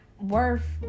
worth